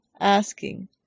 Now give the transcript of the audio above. asking